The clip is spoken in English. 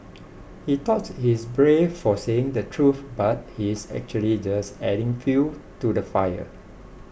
he thought his brave for saying the truth but he's actually just adding fuel to the fire